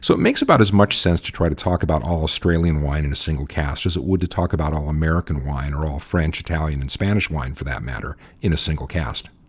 so it makes about as much sense to try to talk about all australian wine in a single cast as it would to talk about all american wine or all french, italian and spanish wine, for that matter, in a single cast.